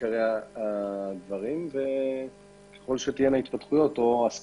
עיקרי הדברים וככל שיהיו התפתחויות או שנרגיש